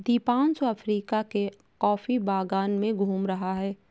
Deepanshu Africa के coffee बागान में घूम रहा है